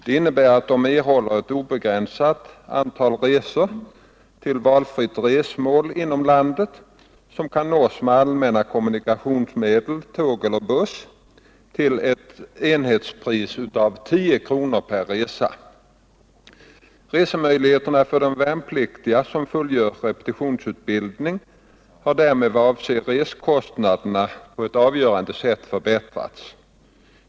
Det innebär att de erhåller ett obegränsat antal resor till valfritt resmål inom landet, som kan nås med allmänna kommunikationsmedel, till ett enhetspris av 10 kronor per resa. Hemresemöjligheterna för de värnpliktiga som fullgör repetitionsutbildning har därmed i vad avser resekostnaderna på ett avgörande sätt förbättrats.